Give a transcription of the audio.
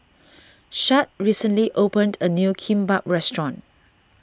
Shad recently opened a new Kimbap restaurant